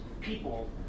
people